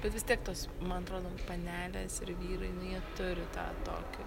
bet vis tiek tos man atrodo panelės ir vyrai nu jie turi tą tokį